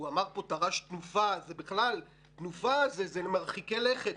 הוא אמר פה תר"ש תנופה; תנופה זה למרחיקי לכת,